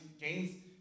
gains